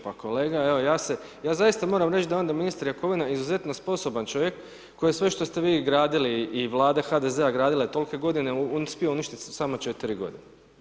Pa kolega, evo ja se, ja zaista moram reći da je onda ministar Jakovina izuzetno sposoban čovjek, koji sve što ste vi gradili i Vlade HDZ-a gradile tolike godine, on uspio uništiti u samo 4 godine.